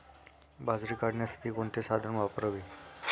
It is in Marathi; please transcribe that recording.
बाजरी काढण्यासाठी कोणते साधन वापरावे?